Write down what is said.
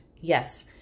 Yes